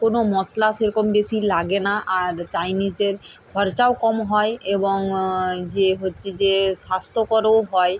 কোনো মশলা সেরকম বেশি লাগে না আর চাইনিজের খরচাও কম হয় এবং যে হচ্ছে যে স্বাস্থ্যকরও হয়